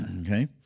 okay